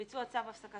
ביצוע צו הפסקה